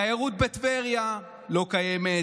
התיירות בטבריה לא קיימת,